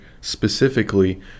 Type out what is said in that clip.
specifically